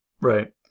right